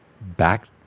back